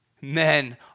men